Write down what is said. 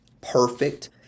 perfect